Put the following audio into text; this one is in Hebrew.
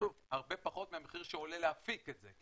הרבה פחות מהמחיר שעולה להפיק את זה.